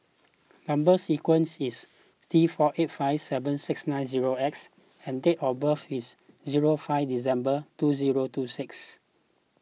Number Sequence is T four eight five seven six nine zero X and date of birth is zero five December two zero two six